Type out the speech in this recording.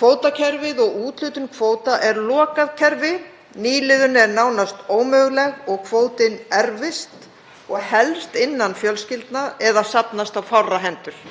Kvótakerfið og úthlutun kvóta er lokað kerfi. Nýliðun er nánast ómöguleg og kvótinn erfist og helst innan fjölskyldna eða safnast á fárra hendur.